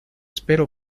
espero